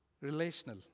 Relational